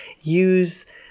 use